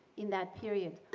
in that period.